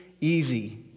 Easy